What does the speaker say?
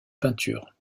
peinture